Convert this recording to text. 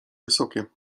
wysokie